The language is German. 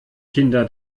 kinder